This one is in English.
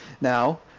Now